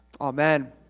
Amen